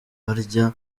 barya